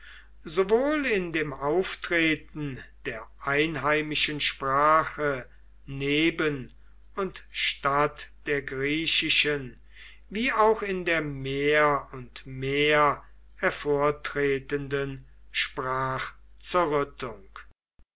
sowohl in dem auftreten der einheimischen sprache neben und statt der griechischen wie auch in der mehr und mehr hervortretenden